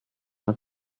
not